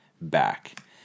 back